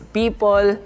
people